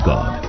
God